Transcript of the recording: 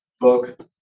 book